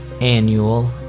annual